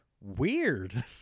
weird